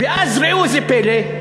ואז, ראו זה פלא,